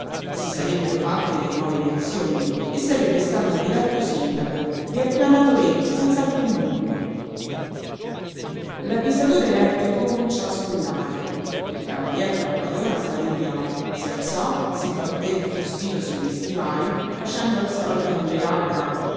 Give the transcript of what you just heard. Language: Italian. si sarebbero fatte le nuove elezioni e sarebbe stato rieletto sindaco riacclamato re senz'alcun dubbio l'avvisatore elettrico cominciò a squillare il cavalier cappadona sbadigliò si alzò si batté il frustino su gli stivali facendo al solito con le labbra